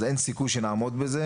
אז אין סיכוי שנעמוד בזה,